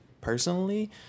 personally